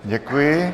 Děkuji.